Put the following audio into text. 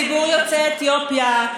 ואת ציבור יוצאי אתיופיה,